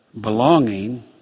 belonging